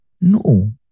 No